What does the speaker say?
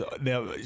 now